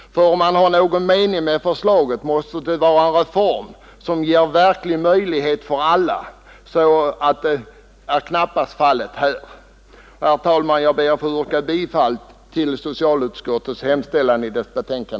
Om man har någon mening med förslaget måste det vara en reform som ger verklig möjlighet för alla, och så är knappast fallet här. Jag ber, herr talman, att få yrka bifall till socialutskottets hemställan.